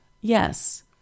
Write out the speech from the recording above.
Yes